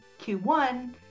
Q1